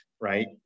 right